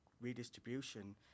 redistribution